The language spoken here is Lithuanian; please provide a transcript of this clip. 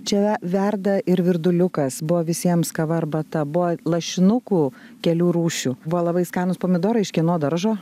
čia verda ir virduliukas buvo visiems kava arbata buvo lašinukų kelių rūšių buvo labai skanūs pomidorai iš kieno daržo